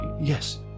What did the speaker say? yes